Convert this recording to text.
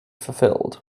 fulfilled